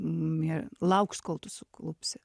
mier lauks kol tu suklupsi